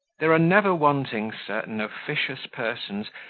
there are never wanting certain officious persons,